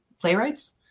playwrights